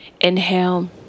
Inhale